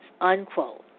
unquote